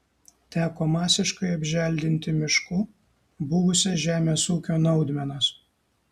teko masiškai apželdinti mišku buvusias žemės ūkio naudmenas